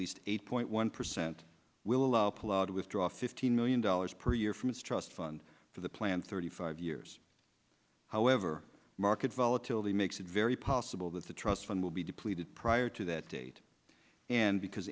least eight point one percent will allow ploughed withdraw fifteen million dollars per year from its trust fund for the planned thirty five years however market volatility makes it very possible that the trust fund will be depleted prior to that date and because